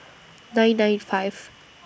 nine nine five